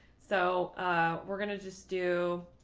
so we're going to just do.